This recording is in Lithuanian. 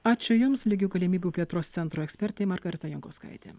ačiū jums lygių galimybių plėtros centro ekspertė margarita jankauskaitė